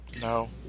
no